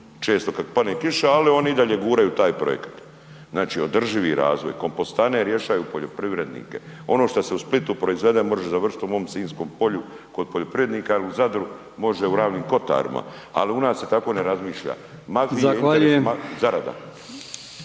često kad padne kiša ali oni i dalje guraju taj projekat. Znači održivi razvoj, kompostane rješavaju poljoprivrednike, ono šta se u Splitu proizvede može završiti u mom Sunjskom polju kod poljoprivrednika ili Zadru može u Ravnim kotarima ali u nas se tako ne razmišlja. .../Govornik